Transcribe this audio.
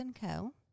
Co